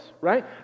right